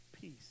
peace